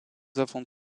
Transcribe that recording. avons